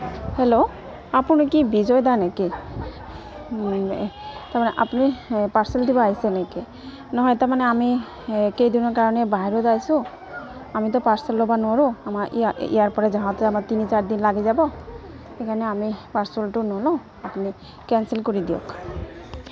hello আপুনি কি বিজয় দা নেকি তাৰমানে আপুনি পাৰ্চেল দিবা আহিছে নেকি নহয় তাৰমানে আমি কেইদিনৰ কাৰণে বাহিৰত আছোঁ আমিতো পাৰ্চেল লবা নোৱাৰোঁ আমাৰ ইয়াৰ ইয়াৰপৰা যাওঁতে আমাৰ তিনি চাৰি দিন লাগি যাব সেইকাৰণে আমি পাৰ্চেলটো নলওঁ আপুনি কেঞ্চেল কৰি দিয়ক